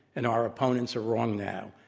and our opponents are wrong now.